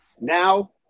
Now